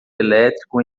elétrico